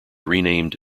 renamed